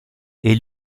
est